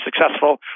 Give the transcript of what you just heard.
successful